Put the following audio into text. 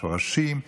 שורשים.